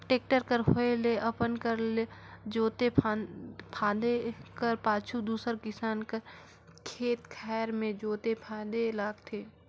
tractor कर होए ले अपन कर ल जोते फादे कर पाछू दूसर किसान कर खेत खाएर मे जोते फादे लगथे